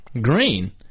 green